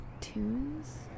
tunes